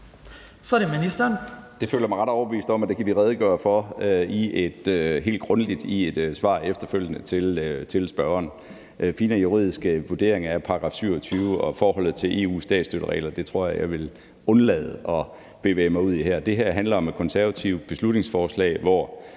Jeg føler mig ret overbevist om, at det kan vi redegøre for helt grundigt i et svar efterfølgende til spørgeren. En finere juridisk vurdering af § 27 og forholdet til EU's statsstøtteregler tror jeg jeg vil undlade at bevæge mig ud i her. Det her handler om et konservativt beslutningsforslag, hvor